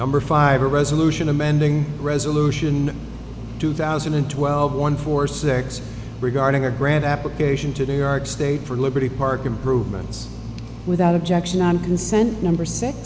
number five a resolution amending resolution two thousand and twelve one for six regarding a grant application today our state for liberty park improvements without objection on consent number six